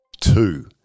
Two